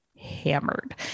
hammered